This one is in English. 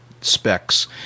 specs